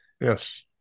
Yes